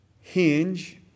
hinge